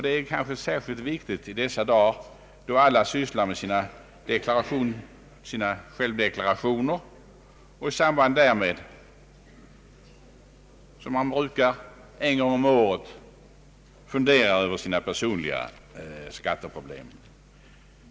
Det är kanske särskilt viktigt i dessa dagar då alla sysslar med sina självdeklarationer och i samband därmed — som man brukar göra en gång om året — funderar över sina personliga skatteproblem.